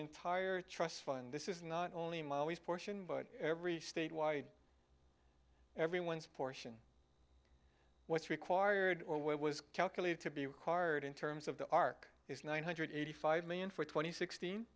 entire trust fund this is not only my always portion but every statewide everyone's portion what's required or what was calculated to be required in terms of the ark is nine hundred eighty five million for twenty sixteen